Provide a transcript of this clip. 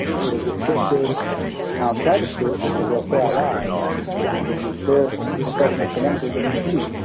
it'll get twisted i'll tell the truth but they'll say i lied and then it's their professional credentials against me